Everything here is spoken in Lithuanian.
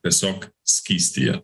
tiesiog skystyje